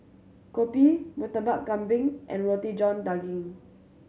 kopi Murtabak Kambing and Roti John Daging